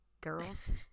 girls